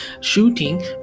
shooting